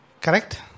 Correct